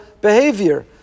behavior